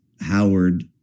Howard